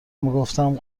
میگفتم